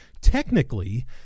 technically